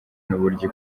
n’uburyo